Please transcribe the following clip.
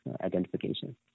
identification